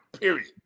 Period